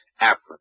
Africa